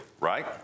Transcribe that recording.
right